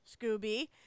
Scooby